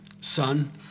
son